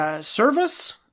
service